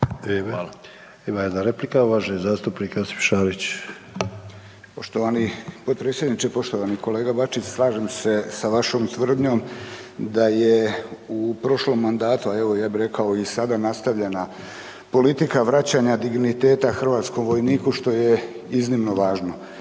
Ima jedna replika, uvaženi zastupnik Josip Šarić. **Šarić, Josip (HDZ)** Poštovani podpredsjedniče, poštovani kolega Bačić. Slažem se s vašom tvrdnjom da je u prošlom mandatu, a evo ja bi rekao i sada, nastavljena politika vraćanja digniteta hrvatskom vojniku što je iznimno važno.